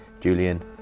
Julian